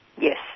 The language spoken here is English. Yes